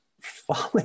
falling